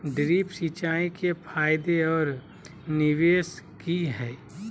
Drip सिंचाई के फायदे और निवेस कि हैय?